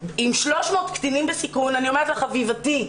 עם 300 קטינים בסיכון אני אומרת לה: חביבתי,